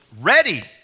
ready